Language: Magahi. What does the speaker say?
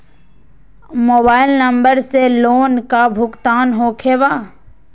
मोबाइल नंबर से लोन का भुगतान होखे बा?